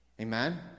amen